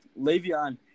Le'Veon